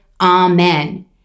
Amen